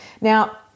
Now